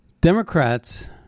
Democrats